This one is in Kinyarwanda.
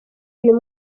uyu